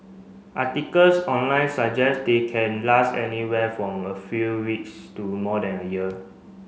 articles online suggest they can last anywhere from a few weeks to more than a year